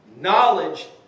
Knowledge